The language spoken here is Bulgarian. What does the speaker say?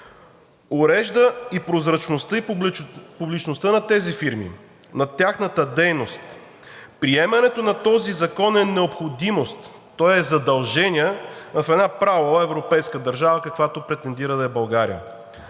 урежда и прозрачността, и публичността на тези фирми, на тяхната дейност; приемането на тази законна необходимост, тоест задължения в една правова европейска държава, за каквато претендира да е България.